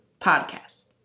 podcast